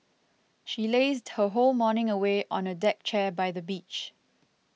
she lazed her whole morning away on a deck chair by the beach